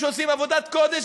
שעושים עבודת קודש,